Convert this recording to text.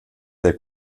der